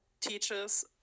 teaches